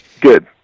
Good